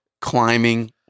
climbing